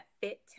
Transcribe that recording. Fit